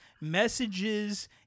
messages